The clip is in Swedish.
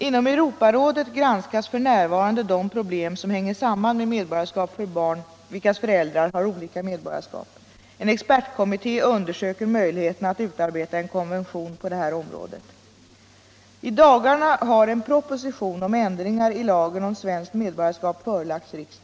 Inom Europarådet granskas f. n. de problem som hänger samman med medborgarskap för barn vilkas föräldrar har olika medborgarskap. En expertkommitté undersöker möjligheten att utarbeta en konvention på detta område. Sverige födda barn svenskt medborgarskap för utländska medborgares i Sverige födda barn att jag har förståelse för dessa förslag. En sådan lösning skulle även ligga i linje med strävandena för att åstadkomma jämställdhet mellan män och kvinnor.